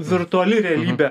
virtuali realybė